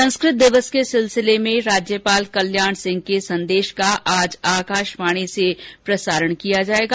संस्कृत दिवस के सिलसिले में राज्यपाल कल्याण सिंह के संदेश का आज आकाशवाणी से प्रसारण किया जाएगा